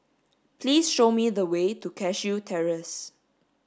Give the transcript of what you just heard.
please show me the way to Cashew Terrace